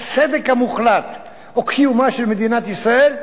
הצדק המוחלט או קיומה של מדינת ישראל?